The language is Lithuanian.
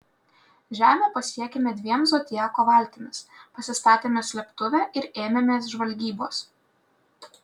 žemę pasiekėme dviem zodiako valtimis pasistatėme slėptuvę ir ėmėmės žvalgybos